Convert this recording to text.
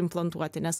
implantuoti nes